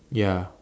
ya